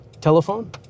telephone